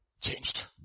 Changed